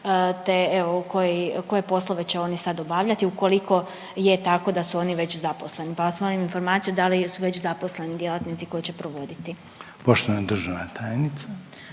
koje poslove će oni sad obavljati ukoliko je tako da su oni već zaposleni, pa vas molim informaciju da li su već zaposleni djelatni koji će provoditi? **Reiner, Željko